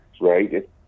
right